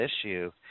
issue